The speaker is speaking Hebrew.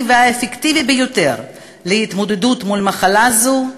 והאפקטיבי ביותר להתמודדות עם מחלה זו,